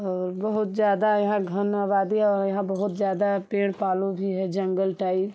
और बहुत ज़्यादा यहाँ घन आबादी और यहाँ बहुत ज़्यादा पेड़ पालो भी है जंगल टाइप